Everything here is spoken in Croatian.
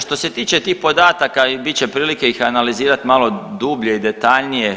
Što se tiče tih podataka i bit će prilike ih analizirati malo dublje i detaljnije.